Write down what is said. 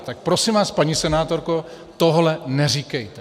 Tak prosím vás, paní senátorko, tohle neříkejte.